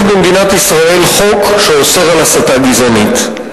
יש במדינת ישראל חוק שאוסר הסתה גזענית,